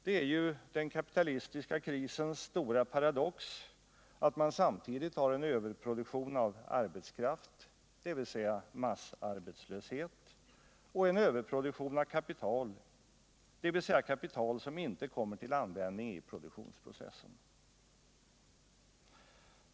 Det är ju den kapitalistiska krisens stora paradox att man samtidigt har en överproduktion av arbetskraft, dvs. massarbetslöshet, och en överproduktion av kapital, dvs. kapital som icke kommer till användning i produktionsprocessen.